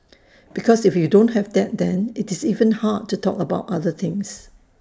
because if you don't have that then IT is even hard to talk about other things